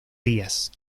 días